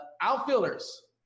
Outfielders